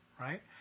right